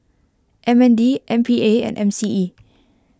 M N D M P A and M C E